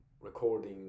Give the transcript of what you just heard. recording